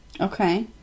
Okay